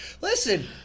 listen